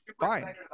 fine